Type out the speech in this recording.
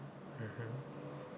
mmhmm